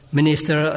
Minister